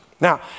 Now